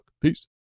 Peace